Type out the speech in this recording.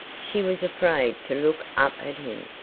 she was afraid to look up at him.